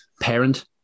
parent